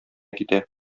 китә